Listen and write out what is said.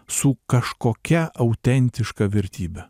su kažkokia autentiška vertybe